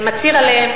מצהירים עליה,